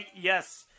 Yes